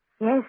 Yes